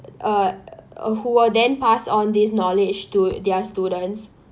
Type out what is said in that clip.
uh who were then pass on this knowledge to their students